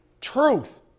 truth